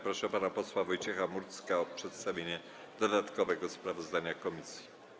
Proszę pana posła Wojciecha Murdzka o przedstawienie dodatkowego sprawozdania komisji.